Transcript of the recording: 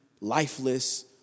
lifeless